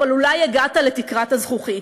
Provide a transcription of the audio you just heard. אבל אולי הגעת לתקרת הזכוכית.